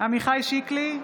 עמיחי שיקלי,